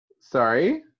Sorry